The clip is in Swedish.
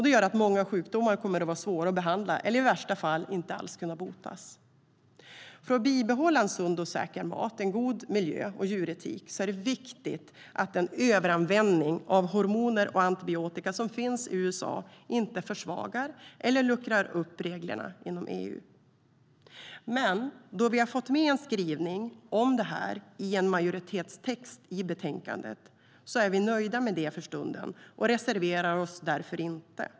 Det gör att många sjukdomar kommer att vara svåra att behandla eller i värsta fall inte alls kunna botas. För att bibehålla sund och säker mat, god miljö och djuretik är det viktigt att den överanvändning av hormoner och antibiotika som finns i USA inte försvagar eller luckrar upp reglerna inom EU. Då vi har fått med en skrivning om detta i en majoritetstext i betänkandet är vi för stunden nöjda med det och reserverar oss inte.